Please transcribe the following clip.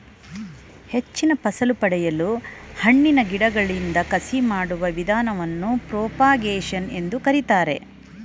ಹೆಚ್ಚಿನ ಫಸಲು ಪಡೆಯಲು ಹಣ್ಣಿನ ಗಿಡಗಳಿಗೆ ಕಸಿ ಮಾಡುವ ವಿಧಾನವನ್ನು ಪ್ರೋಪಾಗೇಶನ್ ಎಂದು ಕರಿತಾರೆ